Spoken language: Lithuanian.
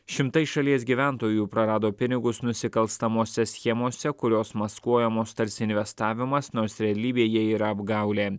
šimtai šalies gyventojų prarado pinigus nusikalstamose schemose kurios maskuojamos tarsi investavimas nors realybėje yra apgaulė